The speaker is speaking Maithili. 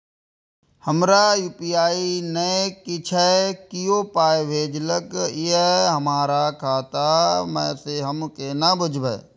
हमरा यू.पी.आई नय छै कियो पाय भेजलक यै हमरा खाता मे से हम केना बुझबै?